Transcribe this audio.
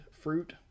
fruit